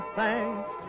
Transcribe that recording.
thanks